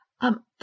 Um